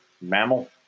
mammal